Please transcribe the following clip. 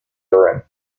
urine